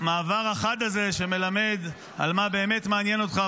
במעבר החד הזה שמלמד על מה באמת מעניין אותך.